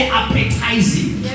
appetizing